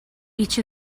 each